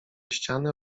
ściany